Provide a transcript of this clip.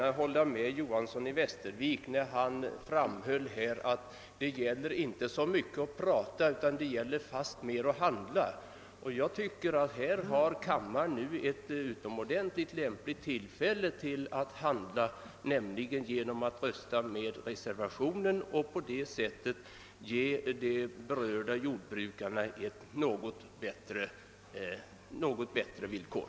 Jag håller med herr Johanson i Västervik när han säger att det gäller inte så mycket att tala som fastmer att handla. Kammaren har nu ett utomordentligt tillfälle att handla genom att rösta för reservationen och på det sättet ge de berörda jordbrukarna något bättre villkor.